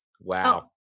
Wow